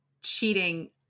cheating